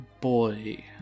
Boy